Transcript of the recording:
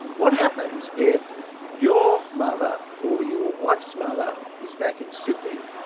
what happens if your mother or your wife's mother is back in sydney,